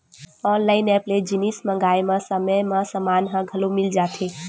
online app ले जिनिस मंगाए म समे म समान ह घलो मिल जाथे